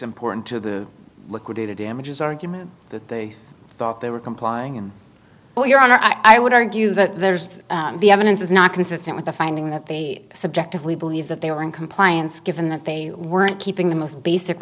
important to the liquidated damages argument that they thought they were complying and well your honor i would argue that there's the evidence is not consistent with the finding that they subjectively believe that they were in compliance given that they weren't keeping the most basic